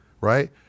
right